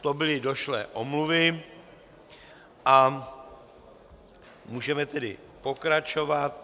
To byly došlé omluvy a můžeme tedy pokračovat.